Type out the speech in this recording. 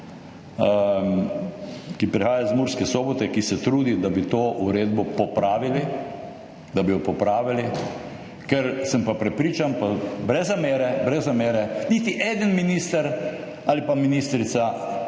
ki prihaja iz Murske Sobote, ki se trudi, da bi to uredbo popravili. Da bi jo popravili. Ker sem pa prepričan, pa brez zamere, brez zamere, niti en minister ali pa ministrica